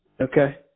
Okay